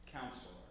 counselor